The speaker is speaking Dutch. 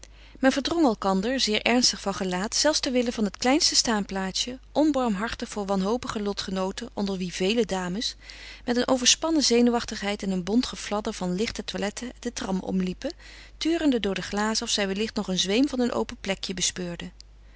men verdrong elkander zeer ernstig van gelaat zelfs ter wille van het kleinste staanplaatsje onbarmhartig voor wanhopige lotgenooten onder wie vele dames met een overspannen zenuwachtigheid en een bont gefladder van lichte toiletten den tram omliepen turende door de glazen of zij wellicht nog een zweem van een open plekje bespeurden